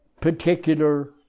particular